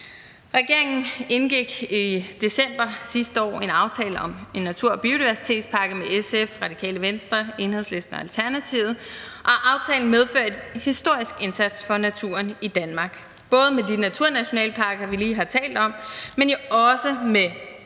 Regeringen indgik i december sidste år en aftale om en natur- og biodiversitetspakke med SF, Radikale Venstre, Enhedslisten og Alternativet, og aftalen medfører en historisk indsats for naturen i Danmark, både med de naturnationalparker, vi lige har talt om, men jo også med 75.000 ha urørt